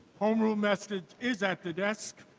home rule message is at the desk.